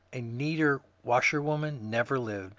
a neater washerwoman, never lived,